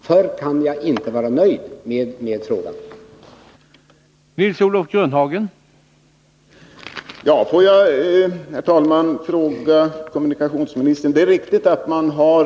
Förr kan jag inte vara nöjd med svaret på den här frågan.